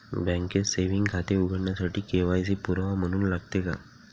बँकेत सेविंग खाते उघडण्यासाठी के.वाय.सी पुरावा म्हणून लागते का?